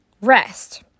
rest